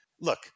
Look